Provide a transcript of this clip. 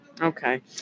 Okay